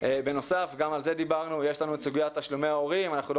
בנוסף יש לנו את סוגיית תשלומי ההורים שגם על